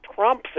Trump